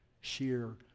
sheer